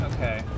Okay